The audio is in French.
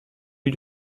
lui